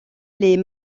les